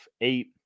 eight